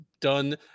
done